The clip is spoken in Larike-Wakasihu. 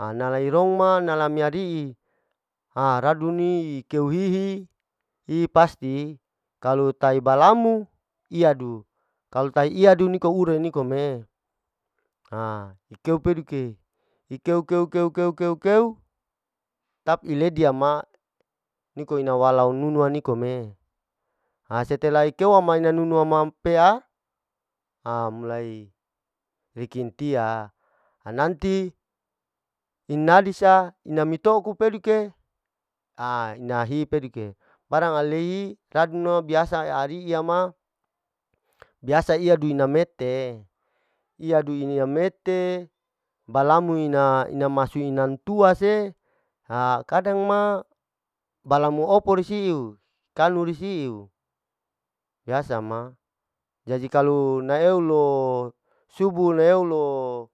Nala irong ma nala mi ari'i ha radun ne ikeo hihi, ipasti'i kalo taibalamo iyadu, kalu tai iyadun niko ure nikom'e, ha ikeu peduke ikeu keu keu keu keu tapi eledia ma, niko ina walau nunu hanikom'e, ha setelah ikeu ama ina nunu ama pea ha mulai rikentia, ha nanti inadisa ina mitouku peduke ha ina hi peduke, barang aleihi radunu biasa a'ariya ma, biasa iyaduinamete, iyaduinamete balamu ina, ina masuinan tua se, ha kadang ma balamu opor siu kanu rusiu biasa ma, jaji kalu neeulo subu leeulo